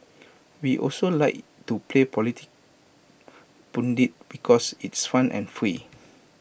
we also like to play political pundit because it's fun and free